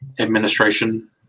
administration